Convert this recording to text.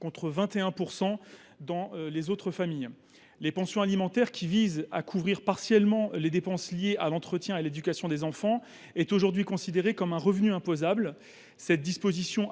contre 21 % dans les autres familles. La pension alimentaire, qui vise à couvrir partiellement les dépenses liées à l’entretien et à l’éducation des enfants, est aujourd’hui considérée comme un revenu imposable. Cela